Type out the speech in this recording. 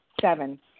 Seven